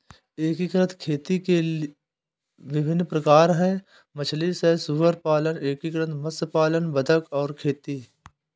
एकीकृत खेती के विभिन्न प्रकार हैं मछली सह सुअर पालन, एकीकृत मत्स्य पालन बतख और खेती